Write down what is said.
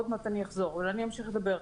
עוד מעט אני אחזור, אבל אני אמשיך לדבר.